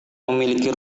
memiliki